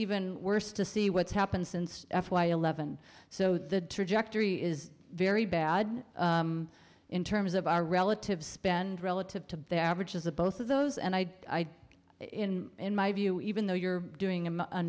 even worse to see what's happened since f y eleven so the trajectory is very bad in terms of our relative spend relative to their averages the both of those and i in in my view even though you're doing a